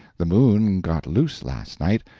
the moon got loose last night,